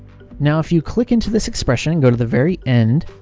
now if you click into this expression and go to the very end,